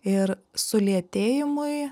ir sulėtėjimui